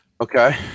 Okay